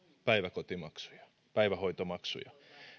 päivähoitomaksuja päivähoitomaksuja